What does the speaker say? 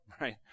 right